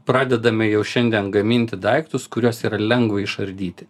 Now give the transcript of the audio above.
pradedame jau šiandien gaminti daiktus kuriuos yra lengva išardyti